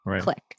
click